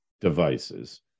devices